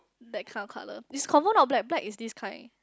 that kind of colour it's confirm not black black is this kind